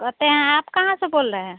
कहते हैं आप कहाँ से बोल रहे हैं